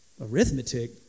Arithmetic